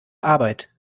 arbeit